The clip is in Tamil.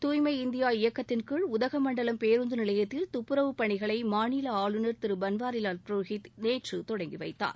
தூய்மை இந்தியா இயக்கத்தின்கீழ் உதகமண்டலம் பேருந்து நிலையத்தில் துப்புரவு பணிகளை மாநில ஆளுநர் திரு பன்வாரிலால் புரோஹித் நேற்று தொடங்கி வைத்தார்